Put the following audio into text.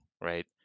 Right